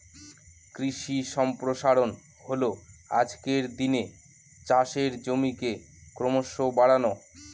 কৃষি সম্প্রসারণ হল আজকের দিনে চাষের জমিকে ক্রমশ বাড়ানো